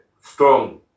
strong